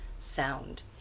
Sound